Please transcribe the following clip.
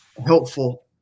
helpful